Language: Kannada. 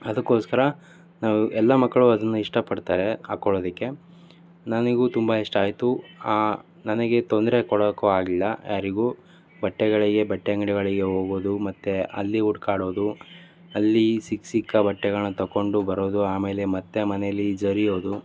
ಅದಕ್ಕೋಸ್ಕರ ನಾವು ಎಲ್ಲ ಮಕ್ಕಳು ಅದನ್ನು ಇಷ್ಟಪಡ್ತಾರೆ ಹಾಕೊಳ್ಳೋದಕ್ಕೆ ನನಗೂ ತುಂಬ ಇಷ್ಟ ಆಯಿತು ನನಗೆ ತೊಂದರೆ ಕೊಡೋಕು ಆಗಲಿಲ್ಲ ಯಾರಿಗೂ ಬಟ್ಟೆಗಳಿಗೆ ಬಟ್ಟೆ ಅಂಗಡಿ ಒಳಗೆ ಹೋಗೋದು ಮತ್ತೆ ಅಲ್ಲಿ ಹುಡ್ಕಾಡೋದು ಅಲ್ಲಿ ಸಿಕ್ಕ ಸಿಕ್ಕ ಬಟ್ಟೆಗಳನ್ನ ತೊಗೊಂಡು ಬರೋದು ಆಮೇಲೆ ಮತ್ತೆ ಮನೆಯಲ್ಲಿ ಜರಿಯೋದು